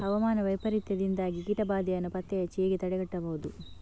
ಹವಾಮಾನ ವೈಪರೀತ್ಯದಿಂದಾಗಿ ಕೀಟ ಬಾಧೆಯನ್ನು ಪತ್ತೆ ಹಚ್ಚಿ ಹೇಗೆ ತಡೆಗಟ್ಟಬಹುದು?